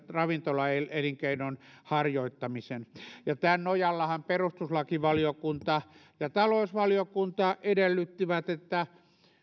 ravintolaelinkeinon harjoittamisen tämän nojallahan perustuslakivaliokunta ja talousvaliokunta edellyttivät että